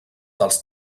dels